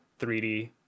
3d